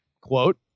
Quote